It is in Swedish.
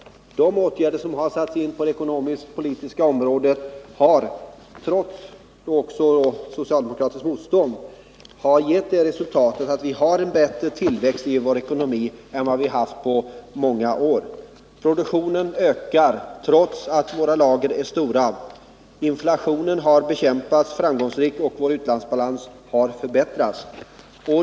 De åtgärder som har satts in på det ekonomisk-politiska området har trots socialdemokratiskt motstånd givit till resultat att vi har en bättre tillväxt i vår ekonomi än vi haft på många år. Produktionen ökar trots att våra lager är stora, inflationen har framgångsrikt bekämpats och vår utlandsbalans har förbättrats.